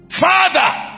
Father